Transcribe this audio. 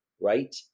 right